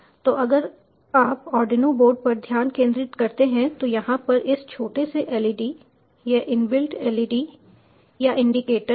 तो अगर आप आर्डिनो बोर्ड पर ध्यान केंद्रित करते हैं तो यहाँ पर इस छोटे से LED यह इनबिल्ट LED या इंडिकेटर है